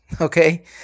okay